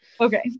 okay